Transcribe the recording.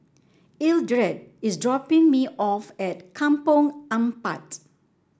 Eldred is dropping me off at Kampong Ampat